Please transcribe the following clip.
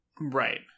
Right